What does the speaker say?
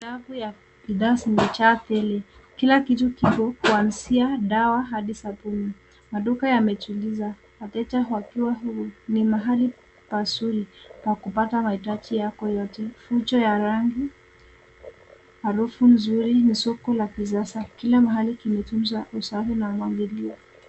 Rafu za bidhaa zimejaa tele kila kitu kiko kuanzia dawa hadi sabuni. Maduka yamejuliasa wateja wakiwa humo ni pahali pazuri pa kupata mahitaji yako yote fujo ya rangi harufu nzuri msuko la kisasa kila mahali kimetunzwa usafi na mpangilio.